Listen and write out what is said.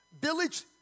village